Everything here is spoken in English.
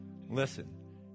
listen